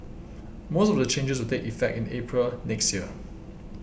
most of the changes will take effect in April next year